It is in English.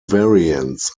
variants